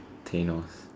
Thanos